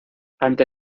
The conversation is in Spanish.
ante